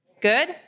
Good